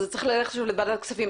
ושזה צריך ללכת עכשיו לוועדת הכספים.